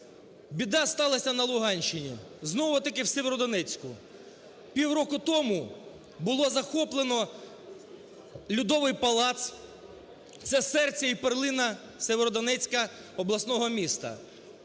Біда сталася на Луганщині, знову-таки в Сєвєродонецьку. Півроку тому було захоплено Льодовий палац - це серце і перлина Сєвєродонецьку, обласного міста.